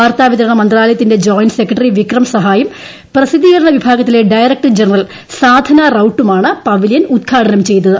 വാർത്താ വിതരണ മന്ത്രാലയത്തിന്റെ ജോയിന്റ് സെക്രട്ടറി വിക്രം സഹായും പ്രസിദ്ധീകരണ വിഭാഗത്തിലെ ഡയറക്ടർ ജനറൽ സാധനാ റൌട്ടും ആണ് പവലിയൻ ഉദ്ഘാടനം ചെയ്തത്